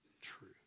true